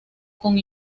con